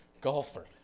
golfer